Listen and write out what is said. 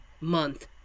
month